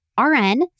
RN